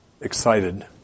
excited